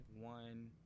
one